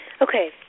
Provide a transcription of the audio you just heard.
Okay